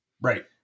right